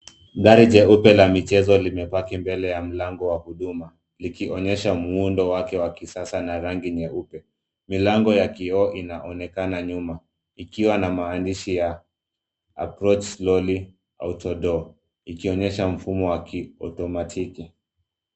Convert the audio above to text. Gari jeupe la michezo limepaki mbele ya mlango wa huduma likionyesha muundo wake wa kisasa na rangi nyeupe. Milango ya kioo inaonekana nyuma ikiwa na maandishi ya approach slowly auto-door ikionyesha mfumo wa kiautomatiki.